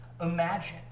Imagine